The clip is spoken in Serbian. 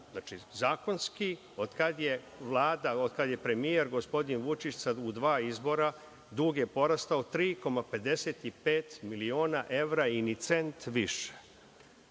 Znači, zakonski od kada je Vlada, od kada je premijer gospodin Vučić u dva izbora, dug je porastao 3,55 miliona evra i ni cent više. Ako